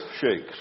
shakes